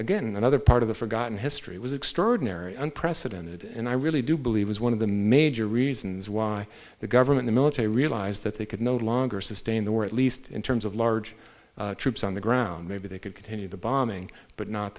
again in another part of the forgotten history was extraordinary unprecedented and i really do believe was one of the major reasons why the government the military realized that they could no longer sustain the war at least in terms of large troops on the ground maybe they could continue the bombing but not